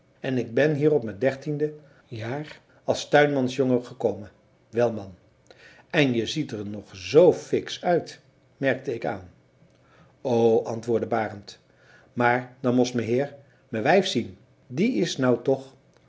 en ik ben hier op me dertiende jaar as tuinmansjongen gekommen wel man en je ziet er nog zoo fiksch uit merkte ik aan o antwoordde barend maar dan most meheer me wijf zien die is nou toch